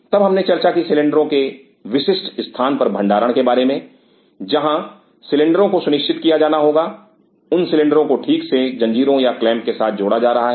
तब हमने चर्चा की सिलेंडरों के विशिष्ट स्थान पर भंडारण के बारे में जहां सिलेंडरो को सुनिश्चित किया जाना होगा उन सिलेंडरों को ठीक से जंजीरों या क्लैंप के साथ जोड़ा जा रहा है